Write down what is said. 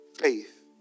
Faith